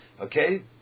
Okay